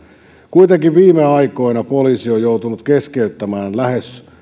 kuitenkin viime aikoina poliisi on joutunut keskeyttämään lähes